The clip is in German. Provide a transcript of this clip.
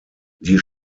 die